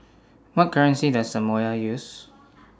What currency Does Samoa use